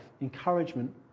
Encouragement